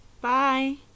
bye